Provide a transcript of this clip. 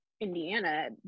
Indiana